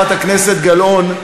חברת הכנסת גלאון,